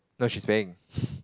no she's paying